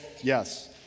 Yes